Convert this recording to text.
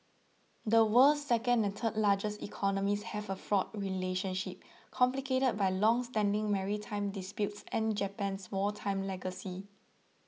the world's second and third largest economies have a fraught relationship complicated by longstanding maritime disputes and Japan's wartime legacy